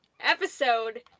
episode